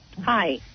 Hi